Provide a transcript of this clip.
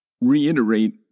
reiterate